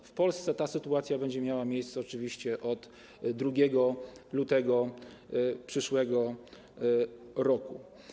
W Polsce ta sytuacja będzie miała miejsce oczywiście od 2 lutego przyszłego roku.